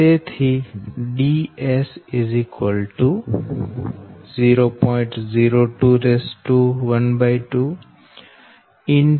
તેથી Ds 0